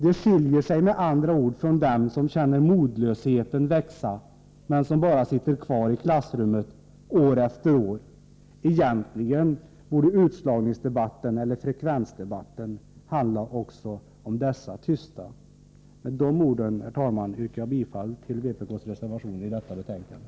De skiljer sig med andra ord från dem som känner modlösheten växa men som bara sitter kvar i klassrummet år efter år. Egentligen borde utslagningsdebatten eller frekvensdebatten handla också om dessa tysta. Med de orden, herr talman, yrkar jag bifall till vpk:s reservationer i detta betänkande.